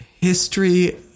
history